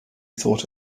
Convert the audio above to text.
thought